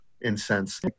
incense